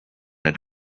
had